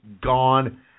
gone